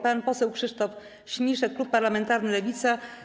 Pan poseł Krzysztof Śmiszek, klub parlamentarny Lewica.